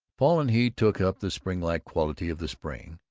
paul and he took up the spring-like quality of the spring,